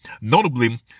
notably